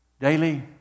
daily